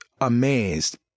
amazed